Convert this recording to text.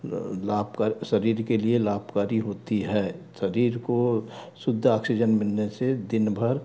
लाभकर शरीर के लिए लाभकारी होती है शरीर को शुद्ध ऑक्सीजन मिलने से दिनभर